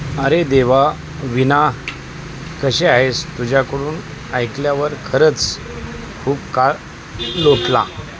अरे देवा विना कशी आहेस तुझ्याकडून ऐकल्यावर खरंच खूप काळ लोटला